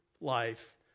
life